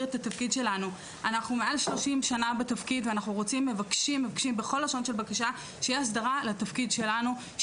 אנחנו מעל ל-30 שנה בתפקיד ומבקשים שתהיה הסדרה לתפקיד שלנו,